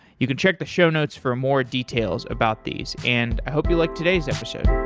you can check the show notes for more details about these, and i hope you like today's episode.